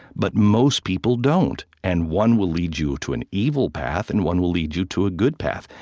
but most people don't. and one will lead you to an evil path, and one will lead you to a good path.